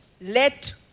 let